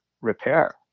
repair